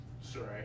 sorry